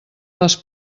les